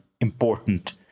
important